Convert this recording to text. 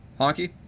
Honky